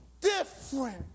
Different